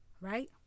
right